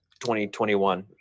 2021